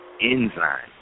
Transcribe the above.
enzyme